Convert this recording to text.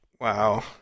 wow